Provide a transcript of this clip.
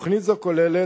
תוכנית זו כוללת